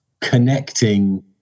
connecting